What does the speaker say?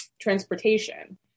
transportation